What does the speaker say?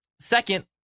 Second